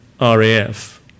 RAF